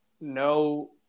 no